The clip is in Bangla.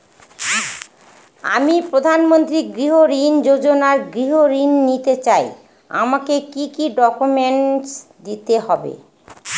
আমি প্রধানমন্ত্রী গৃহ ঋণ যোজনায় গৃহ ঋণ নিতে চাই আমাকে কি কি ডকুমেন্টস দিতে হবে?